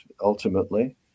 ultimately